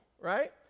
Right